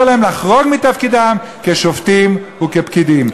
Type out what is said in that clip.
להם לחרוג מתפקידם כשופטים וכפקידים.